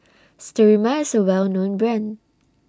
Sterimar IS A Well known Brand